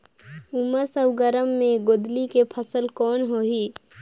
उमस अउ गरम मे गोंदली के फसल कौन होही?